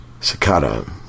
Sakata